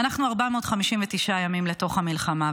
אנחנו 459 ימים לתוך המלחמה.